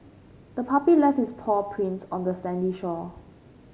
the puppy left its paw prints on the sandy shore